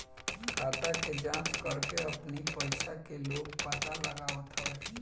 खाता के जाँच करके अपनी पईसा के लोग पता लगावत हवे